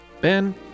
Ben